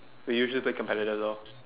we usually play competitive though